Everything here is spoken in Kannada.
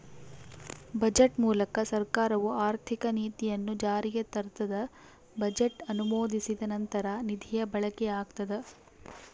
ಬಜೆಟ್ ಮೂಲಕ ಸರ್ಕಾರವು ಆರ್ಥಿಕ ನೀತಿಯನ್ನು ಜಾರಿಗೆ ತರ್ತದ ಬಜೆಟ್ ಅನುಮೋದಿಸಿದ ನಂತರ ನಿಧಿಯ ಬಳಕೆಯಾಗ್ತದ